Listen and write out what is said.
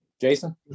Jason